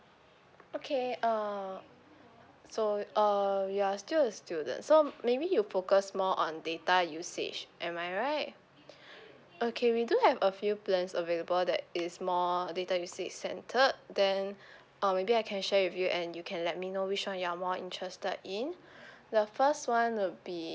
okay uh so uh you're still a student so maybe you focus more on data usage am I right okay we do have a few plans available that is more data usage centered then uh maybe I can share with you and you can let me know which one you are more interested in the first one will be